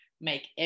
make